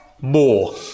more